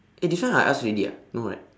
eh this one I ask already ah no right